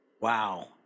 Wow